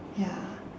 ya